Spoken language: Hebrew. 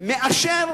בממשלתו מאשר